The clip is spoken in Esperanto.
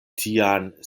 tian